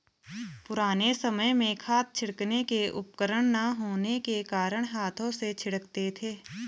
पुराने समय में खाद छिड़कने के उपकरण ना होने के कारण हाथों से छिड़कते थे